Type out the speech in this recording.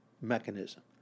mechanism